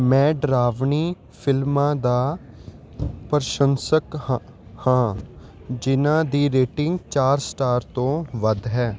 ਮੈਂ ਡਰਾਵਣੀ ਫਿਲਮਾਂ ਦਾ ਪ੍ਰਸ਼ੰਸਕ ਹਾ ਹਾਂ ਜਿਹਨਾਂ ਦੀ ਰੇਟਿੰਗ ਚਾਰ ਸਟਾਰ ਤੋਂ ਵੱਧ ਹੈ